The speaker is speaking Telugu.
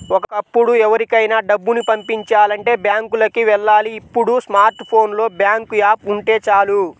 ఒకప్పుడు ఎవరికైనా డబ్బుని పంపిచాలంటే బ్యాంకులకి వెళ్ళాలి ఇప్పుడు స్మార్ట్ ఫోన్ లో బ్యాంకు యాప్ ఉంటే చాలు